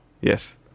yes